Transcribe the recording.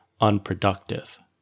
unproductive